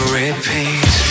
repeat